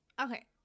Okay